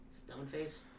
Stoneface